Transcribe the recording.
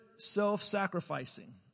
Self-sacrificing